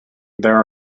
there